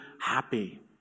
happy